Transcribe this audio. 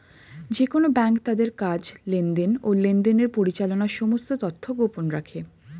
যেকোন ব্যাঙ্ক তাদের কাজ, লেনদেন, ও লেনদেনের পরিচালনার সমস্ত তথ্য গোপন রাখে